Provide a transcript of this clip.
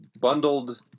bundled